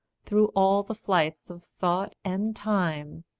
through all the flights of thought, and time,